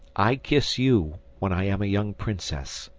i kiss you when i am a young princess,